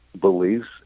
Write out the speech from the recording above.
beliefs